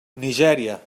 nigèria